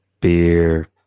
Beer